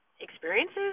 experiences